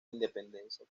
independencia